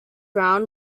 round